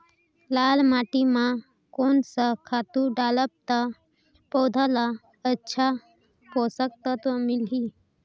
लाल माटी मां कोन सा खातु डालब ता पौध ला अच्छा पोषक तत्व मिलही?